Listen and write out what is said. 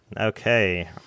Okay